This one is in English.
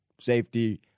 Safety